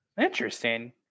Interesting